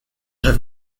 have